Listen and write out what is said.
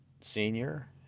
senior